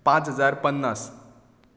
पांच हजार पन्नास